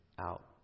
out